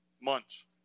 months